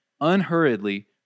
unhurriedly